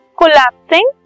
collapsing